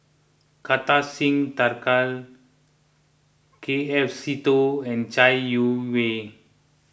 Kartar Singh Thakral K F Seetoh and Chai Yee Wei